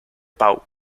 pau